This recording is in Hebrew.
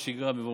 לשכירים,